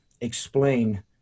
explain